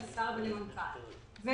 ביום-יומיים הקרובים,